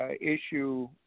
issue